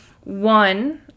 One